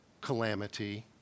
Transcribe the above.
calamity